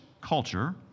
culture